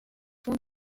soin